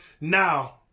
now